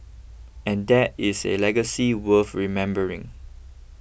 and that is a legacy worth remembering